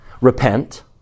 Repent